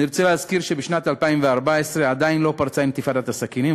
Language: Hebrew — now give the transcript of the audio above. אני רוצה להזכיר שבשנת 2014 עדיין לא פרצה אינתיפאדת הסכינים,